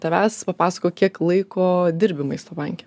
tavęs papasakok kiek laiko dirbi maisto banke